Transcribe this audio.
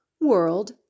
world